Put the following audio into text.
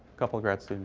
couple of grad